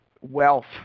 wealth